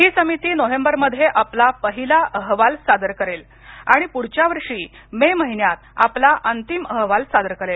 ही समिती नोव्हेंबरमध्ये आपला पहिला अहवाल सादर करेल आणि पुढल्या वर्षी मे महिन्यात आपला अंतिम अहवाल सादर करेल